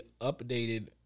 updated